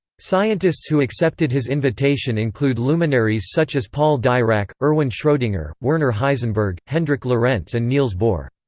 scientists who accepted his invitation include luminaries such as paul dirac, erwin schrodinger, werner heisenberg, hendrik lorentz and niels bohr.